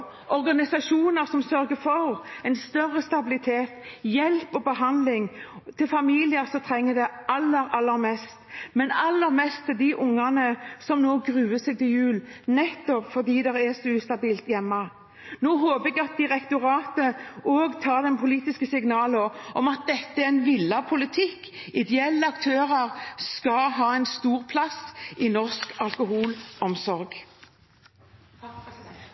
organisasjoner som sørger for en større stabilitet, hjelp og behandling til familier som trenger det aller, aller mest – men aller mest til de barna som nå gruer seg til jul, nettopp fordi det er så ustabilt hjemme. Nå håper jeg at direktoratet også tar de politiske signalene om at dette er en villet politikk. Ideelle aktører skal ha en stor plass i norsk